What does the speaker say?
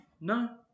no